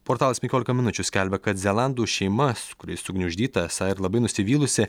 portalas penkiolika minučių skelbia kad zelandų šeima kuri sugniuždyta esą ir labai nusivylusi